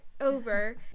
over